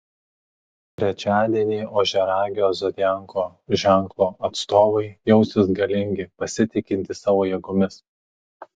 trečiadienį ožiaragio zodiako ženklo atstovai jausis galingi pasitikintys savo jėgomis